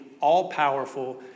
all-powerful